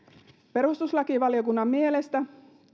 perustuslakivaliokunnan mielestä